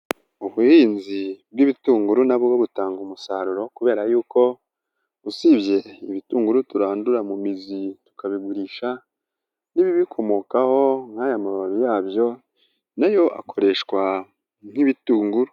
Ubuhinzi bw'ibitunguru nabwo butanga umusaruro kubera yuko, usibye ibitunguru turandura mu mizi tukabigurisha, n'ibibikomokaho nk'aya mababi yabyo, nayo akoreshwa nk'ibitunguru.